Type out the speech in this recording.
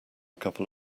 couple